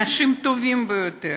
אנשים טובים ביותר.